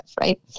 right